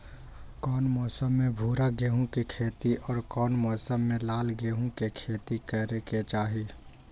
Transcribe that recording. कौन मौसम में भूरा गेहूं के खेती और कौन मौसम मे लाल गेंहू के खेती करे के चाहि?